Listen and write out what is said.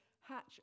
hatch